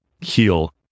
heal